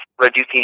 reducing